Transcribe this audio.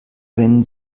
wenn